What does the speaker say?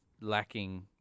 lacking